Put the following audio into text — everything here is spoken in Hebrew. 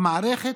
במערכת,